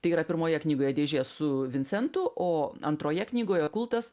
tai yra pirmoje knygoje dėžė su vincentu o antroje knygoje kultas